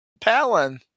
Palin